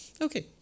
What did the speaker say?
Okay